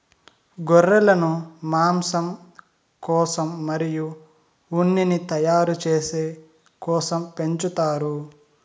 గొర్రెలను మాంసం కోసం మరియు ఉన్నిని తయారు చేసే కోసం పెంచుతారు